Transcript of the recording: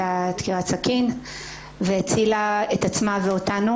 דקירת הסכין והצילה את עצמה ואותנו,